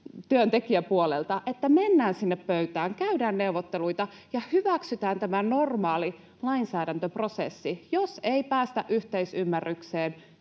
työntekijäpuolelta, että mennään sinne pöytään, käydään neuvotteluita ja hyväksytään tämä normaali lainsäädäntöprosessi. Jos ei päästä yhteisymmärrykseen,